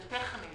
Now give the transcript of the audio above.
זה טכני.